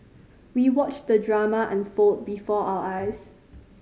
we watched the drama unfold before our eyes